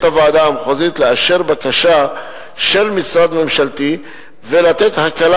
הוועדה המחוזית לאשר בקשה של משרד ממשלתי ולתת הקלה